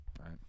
right